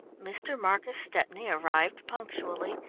mr. marcus stepney arrived punctually,